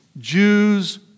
Jews